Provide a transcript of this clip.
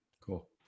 Cool